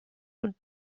und